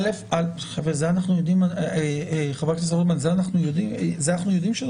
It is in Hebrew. אבל את זה אנחנו יודעים חבר הכנסת רוטמן,